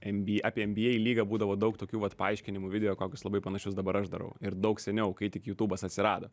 nb apie nba lygą būdavo daug tokių vat paaiškinimų video kokius labai panašius dabar aš darau ir daug seniau kai tik jutubas atsirado